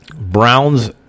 Browns